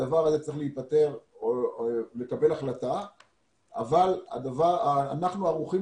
הדבר היה צריך לקבל החלטה אבל אנחנו ערוכים